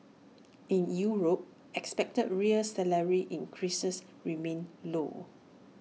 in Europe expected real salary increases remain low